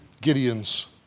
Gideon's